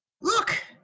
Look